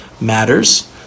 matters